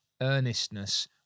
earnestness